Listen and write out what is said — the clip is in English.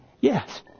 Yes